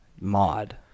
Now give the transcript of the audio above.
mod